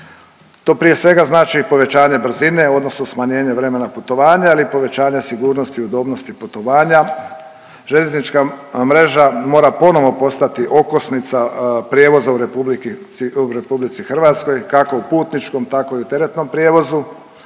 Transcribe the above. To prije svega znači i povećanje brzine u odnosu smanjenje vremena putovanja, ali i povećanja sigurnosti, udobnosti putovanja. Željeznička mreža mora ponovo postati okosnica prijevoza u RH, kako u putničkom, tako i u teretnom prijevozu,